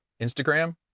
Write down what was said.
Instagram